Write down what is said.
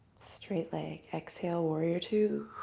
straight leg. exhale. warrior two.